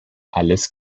alles